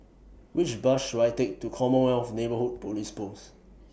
Which Bus should I Take to Commonwealth Neighbourhood Police Post